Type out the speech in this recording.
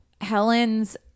Helen's